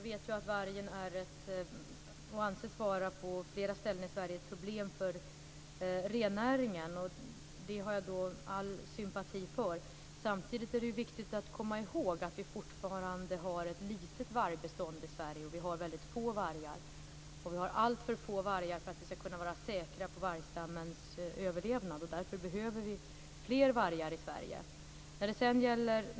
Fru talman! Jag vet att vargen på flera i ställen i Sverige anses vara ett problem för rennäringen. Det har jag all sympati för. Samtidigt är det viktigt att komma i håg att vi fortfarande har ett litet vargbestånd i Sverige. Vi har väldigt få vargar. Vi har alltför få vargar för att vi skall vara säkra på vargstammens överlevnad, och därför behöver vi fler vargar i Sverige.